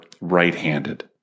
right-handed